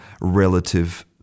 relative